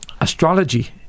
astrology